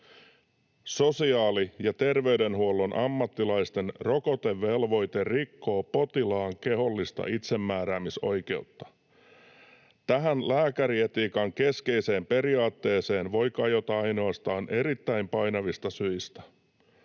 ”Sosiaali- ja terveydenhuollon ammattilaisten rokotevelvoite rikkoo potilaan kehollista itsemääräämisoikeutta. Tähän lääkärietiikan keskeiseen periaatteeseen voi kajota ainoastaan erittäin painavista syistä.